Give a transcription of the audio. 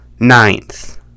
Ninth